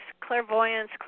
clairvoyance